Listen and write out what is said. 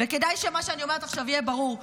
וכדאי שמה שאני אומרת עכשיו יהיה ברור,